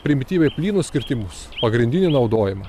primityviai plynus kirtimus pagrindinį naudojimą